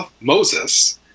Moses